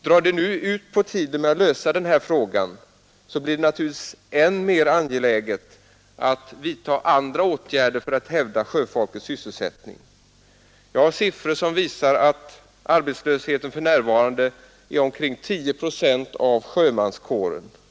Drar det nu ut på tiden med att lösa denna fråga, blir det naturligtvis ännu mer angeläget att vidta andra åtgärder för att hävda sjöfolkets sysselsättning. Jag har siffror som visar att arbetslösheten för närvarande är omkring tio procent av sjömanskåren.